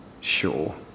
Sure